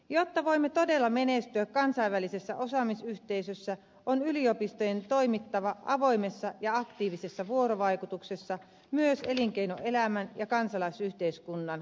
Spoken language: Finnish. jotta voimme todella menestyä kansainvälisessä osaamisyhteisössä on yliopistojen toimittava avoimessa ja aktiivisessa vuorovaikutuksessa myös elinkeinoelämän ja kansalaisyhteiskunnan kanssa